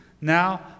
now